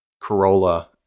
Corolla